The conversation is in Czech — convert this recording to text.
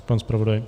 Pan zpravodaj.